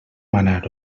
manar